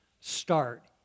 start